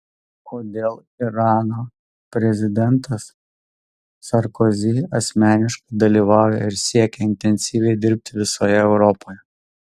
o dėl irano prezidentas sarkozy asmeniškai dalyvauja ir siekia intensyviai dirbti visoje europoje